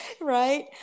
Right